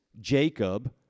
Jacob